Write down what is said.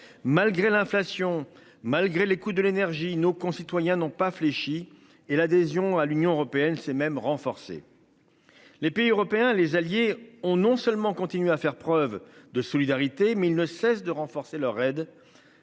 malgré l'inflation malgré les coûts de l'énergie, nos concitoyens n'ont pas fléchi et l'adhésion à l'Union européenne s'est même renforcé. Les pays européens, les alliés ont non seulement continuer à faire preuve de solidarité. Mais il ne cesse de renforcer leur aide.